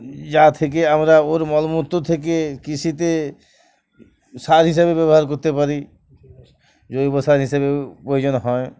যা থেকে আমরা ওর মলমূত্র থেকে কৃষিতে সার হিসাবে ব্যবহার করতে পারি জৈব সার হিসাবে প্রয়োজন হয়